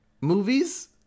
movies